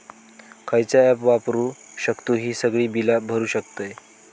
खयचा ऍप वापरू शकतू ही सगळी बीला भरु शकतय?